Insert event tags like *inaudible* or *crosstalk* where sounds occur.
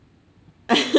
*laughs*